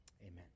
Amen